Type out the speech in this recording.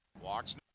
Walks